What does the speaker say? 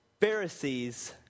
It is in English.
Pharisees